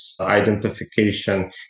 identification